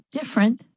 Different